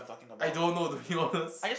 I don't know to be honest